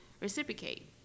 Reciprocate